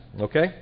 okay